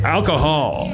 Alcohol